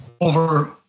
over